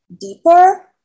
deeper